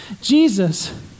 Jesus